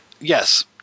yes